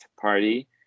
party